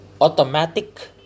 automatic